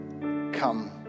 Come